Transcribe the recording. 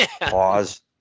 Pause